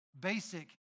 basic